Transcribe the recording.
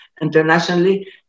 internationally